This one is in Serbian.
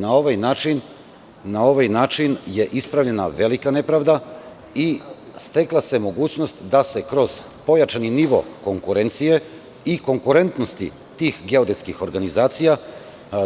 Na ovaj način je ispravljena velika nepravda i stekla se mogućnost da se kroz pojačani nivo konkurencije i konkurentnosti tih geodetskih organizacija